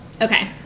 okay